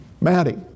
Maddie